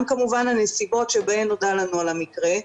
כמובן הנסיבות שבהן נודע לנו על המקרה,